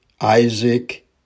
Isaac